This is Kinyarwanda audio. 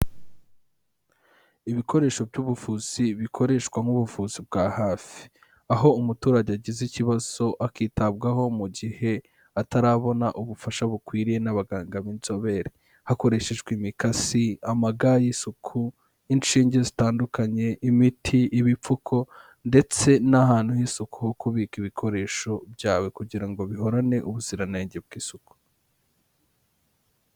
Ibikoresho by'ubuvuzi bikoreshwa nk'ubuvuzi bwa hafi. Aho umuturage agize ikibazo akitabwaho mu gihe atarabona ubufasha bukwiriye n'abaganga b'inzobere. Hakoreshejwe imikasi, amaga y'isuku, inshinge zitandukanye, imiti, ibipfuko ndetse n'ahantu h'isuku ho kubika ibikoresho byawe kugira ngo bihorane ubuziranenge bw'isuku.